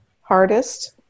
hardest